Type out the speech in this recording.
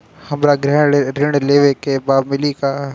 हमरा गृह ऋण लेवे के बा मिली का?